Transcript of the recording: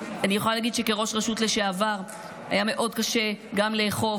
כראש עיר לשעבר אני יכולה להגיד שהיה מאוד קשה גם לאכוף,